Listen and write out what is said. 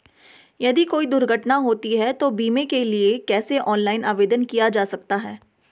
यदि कोई दुर्घटना होती है तो बीमे के लिए कैसे ऑनलाइन आवेदन किया जा सकता है?